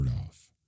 off